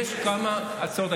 יש כמה הצעות,